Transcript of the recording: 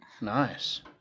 Nice